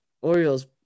Orioles